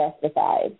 justified